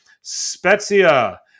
Spezia